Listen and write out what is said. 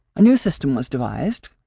a new system was devised,